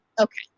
Okay